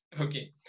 Okay